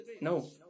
No